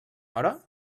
hora